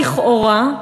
לכאורה,